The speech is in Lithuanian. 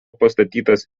pastatytas